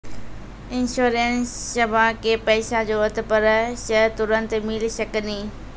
इंश्योरेंसबा के पैसा जरूरत पड़े पे तुरंत मिल सकनी?